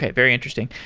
ah very interesting.